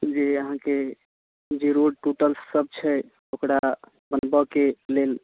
जे अहाँकेँ जे रोड टूटल सब छै ओकरा बनबऽके प्लेन